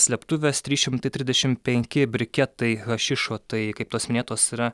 slėptuvės trys šimtai trisdešim penki briketai hašišo tai kaip tos minėtos yra